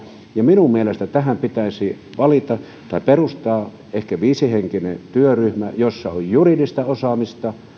minun mielestäni tähän pitäisi valita tai perustaa ehkä viisihenkinen työryhmä jossa on juridista osaamista